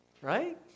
right